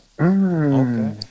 okay